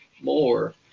more